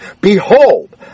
Behold